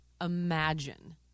imagine